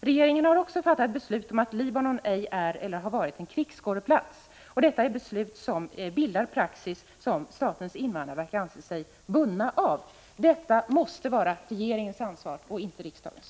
Regeringen har också fattat beslut om att Libanon ej är eller har varit en krigsskådeplats, och detta är beslut som bildar praxis som statens invandrarverk anser sig bundet av. Detta måste vara regeringens ansvar, inte riksdagens.